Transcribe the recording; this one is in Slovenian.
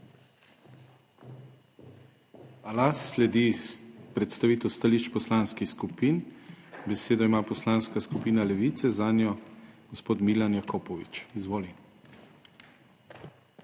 Hvala. Sledi predstavitev stališč poslanskih skupin. Besedo ima Poslanska skupina Levice, zanjo gospod Milan Jakopovič. Izvoli.